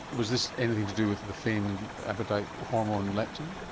was this anything to do with the famed appetite hormone leptin?